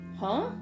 Huh